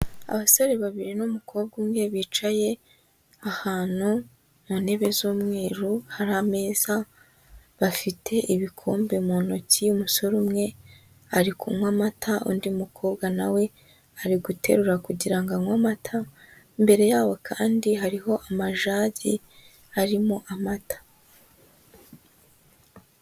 Abasore babiri n'umukobwa umwe, bicaye ahantu mu ntebe z'umweru, hari ameza, bafite ibikombe mu ntoki, umusore umwe ari kunywa amata, undi mukobwa na we ari guterura kugira anywe amata, imbere yabo kandi hariho amajagi arimo amata.